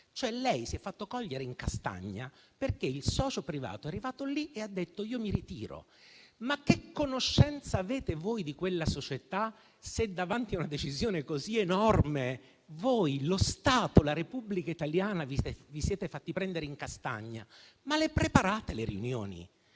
cioè lei si è fatto cogliere in castagna perché il socio privato è arrivato lì e ha detto che si sarebbe ritirato. Che conoscenza avete voi di quella società se davanti ad una decisione così enorme, voi, lo Stato, la Repubblica italiana, vi siete fatti prendere in castagna? Ma le preparate le riunioni?